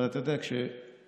אבל אתה יודע, כשהורים